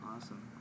Awesome